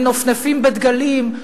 מנפנפים בדגלים,